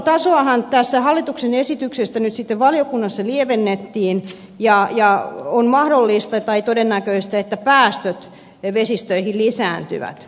ympäristönsuojelun tasoahan tässä hallituksen esityksestä nyt sitten valiokunnassa lievennettiin ja on mahdollista tai todennäköistä että päästöt vesistöihin lisääntyvät